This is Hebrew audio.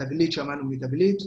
תגלית, שמענו מתגלית.